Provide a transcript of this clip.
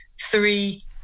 three